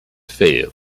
failed